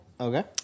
Okay